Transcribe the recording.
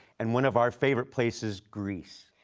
and one of our favorite places greece.